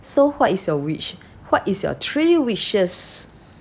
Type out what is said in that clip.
so what is your wish what is your three wishes